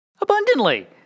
Abundantly